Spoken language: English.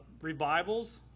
Revivals